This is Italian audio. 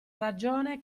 ragione